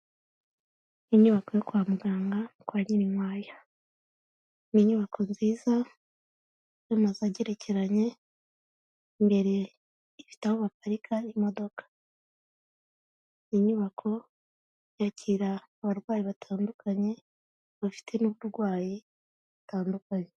Inyubako yo kwa muganga kwa Nyirinkwaya. Ni inyubako nziza y'amazu agerekeranye, imbere ifite aho baparika imodoka. Iyi inyubako yakira abarwayi batandukanye bafite n'uburwayi butandukanye.